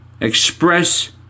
express